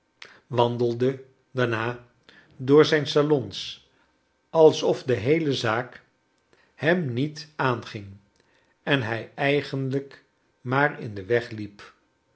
wandelde daarna door zijn salons alsof de heele zaak hem niet aanging en hij eigenlijk maar in den weg hep